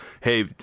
Hey